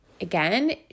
Again